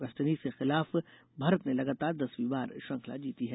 West Indies के खिलाफ भारत ने लगातार दसवीं बार श्रृंखला जीती है